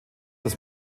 das